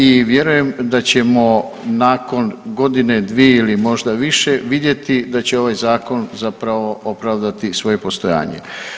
I vjerujem da ćemo nakon godine, dvije ili možda više vidjeti da će ovaj zakon zapravo opravdati svoje postojanje.